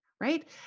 right